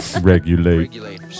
Regulate